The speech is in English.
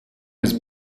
was